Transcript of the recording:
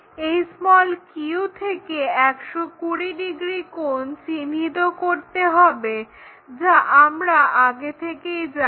এই q থেকে 120 degree কোণ চিহ্নিত করতে হবে যা আমরা আগে থেকেই জানি